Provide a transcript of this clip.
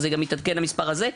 אז מתעדכן גם המספר הזה?